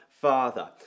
father